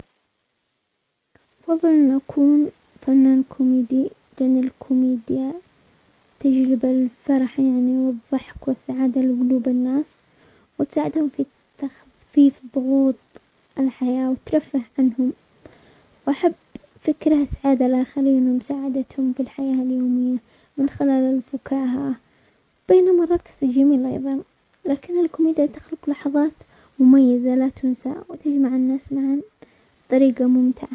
افضل ان اكون فنان كوميدي لان الكوميديا تجلب الفرح يعني والضحك والسعادة لقلوب الناس وتساعدهم في التخفيف الضغوط الحياة وترفه عنهم، واحب فكرة هذا يخلينا مساعدتهم في الحياة اليومية من خلال الفكاهة بينما الرقص جميل ايضا لكن الكوميديا تخلق لحظات مميزة لا تنسى وتجمع الناس معا بطريقة ممتعة.